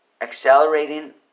accelerating